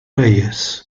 reyes